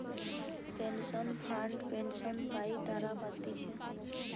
pension fund pension পাই তারা পাতিছে